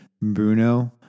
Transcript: Bruno